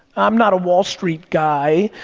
i'm not a wall street guy,